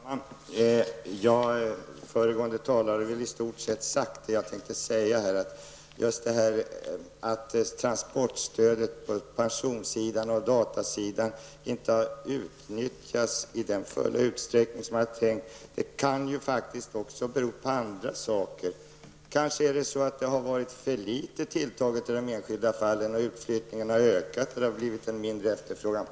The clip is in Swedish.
Herr talman! Föregående talare har i stort sett sagt vad jag tänkte säga. Att transportstödet på personoch datasidan inte har utnyttjats i den fulla utsträckning som var avsett kan faktiskt bero också på andra saker. Kanske har det varit för snålt tilltaget i det enskilda fallet, eller också kan utflyttningarna ha ökat så att det därigenom blivit en mindre efterfrågan.